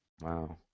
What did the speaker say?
Wow